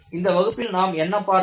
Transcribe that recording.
இந்த வகுப்பில் நாம் என்ன பார்த்தோம்